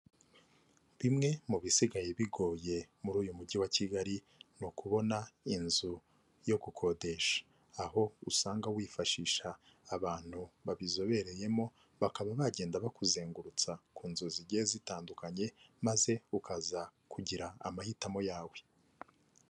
Bimwe mu bisigaye bigoye muri uyu mujyi wa Kigali ni ukubona inzu yo gukodesha. Aho usanga wifashisha abantu babizobereyemo, bakaba bagenda bakuzengurutsa ku nzu zigiye zitandukanye, maze ukaza kugira amahitamo yawe.